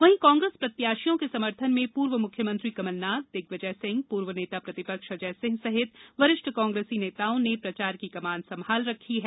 वहीं कांग्रेस प्रत्याशियों क समर्थन में पूर्व मुख्यमंत्री कमलनाथ दिग्विजय सिंह पूर्व नेता प्रतिपक्ष अजय सिंह सहित वरिष्ठ कांग्रेसी नेताओं ने प्रचार की कमान संभाल रखी है